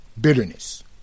Bitterness